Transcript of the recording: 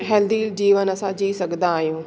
healthy जीवन असां जी सघंदा आहियूं